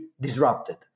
disrupted